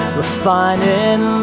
refining